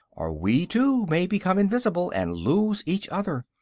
or we too may become invisible, and lose each other.